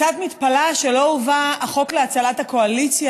קצת מתפלאת שלא הובא החוק להצלת הקואליציה